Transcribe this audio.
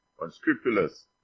unscrupulous